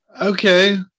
Okay